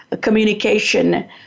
communication